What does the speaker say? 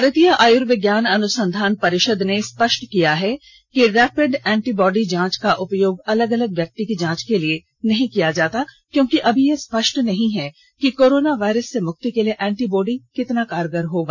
भारतीय आयुर्विज्ञान अनुसंधान परिषद ने स्पष्ट किया है कि रैपिड एंटी बॉडी जांच का उपयोग अलग अलग व्यक्ति की जांच के लिए नहीं किया जाता क्योंकि अभी यह स्पष्ट नहीं है कि कोरोना वायरस से मुक्ति के लिए एंटी बॉडी कितना कारगर होगा